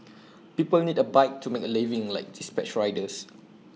people need A bike to make A living like dispatch riders